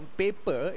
paper